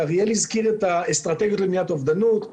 אריאל הזכיר את האסטרטגיות למניעת אובדנות.